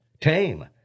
Tame